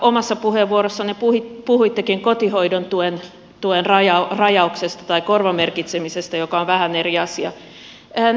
omassa puheenvuorossanne puhuittekin kotihoidon tuen rajauksesta korvamerkitsemisestä joka on vähän eri asia